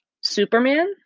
Superman